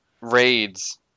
raids